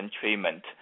treatment